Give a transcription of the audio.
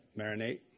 marinate